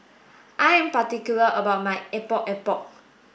I am particular about my epok epok